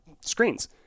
screens